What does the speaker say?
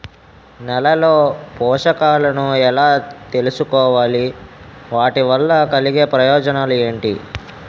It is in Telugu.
నేలలో పోషకాలను ఎలా తెలుసుకోవాలి? వాటి వల్ల కలిగే ప్రయోజనాలు ఏంటి?